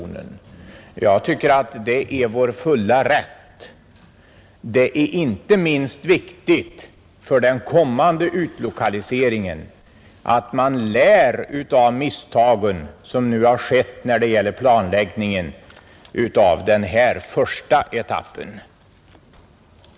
Ja, jag anser att det är vår fulla rätt att göra det. Och det är inte minst viktigt för den kommande utlokaliseringen att man lär av de misstag som nu har begåtts vid planläggningen av denna första etapp.